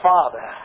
Father